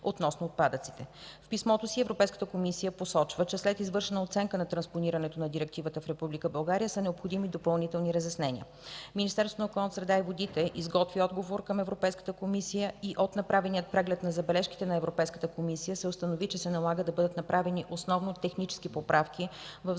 относно отпадъците. В писмото си Европейката комисия посочва, че след извършена оценка на транспонирането на Директивата в Република България са необходими допълнителни разяснения. Министерството на околната среда и водите изготви отговор към Европейската комисия и от направения преглед на забележките на Европейската комисия се установи, че се налага да бъдат направени основно технически поправки в Закона